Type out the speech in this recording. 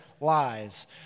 lies